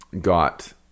got